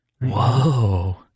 Whoa